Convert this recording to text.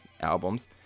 albums